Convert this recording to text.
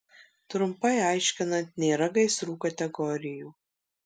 trumpai aiškinant nėra gaisrų kategorijų